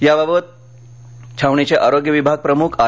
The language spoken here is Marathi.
याबाबत छावणीचे आरोग्य विभाग प्रमुख आर